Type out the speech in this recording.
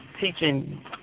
teaching